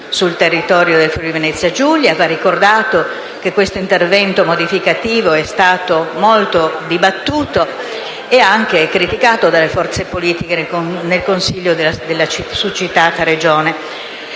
nel territorio del Friuli-Venezia Giulia. Va ricordato che questo intervento modificativo è stato molto dibattuto e anche criticato dalle forze politiche nel Consiglio della succitata Regione